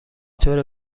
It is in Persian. طور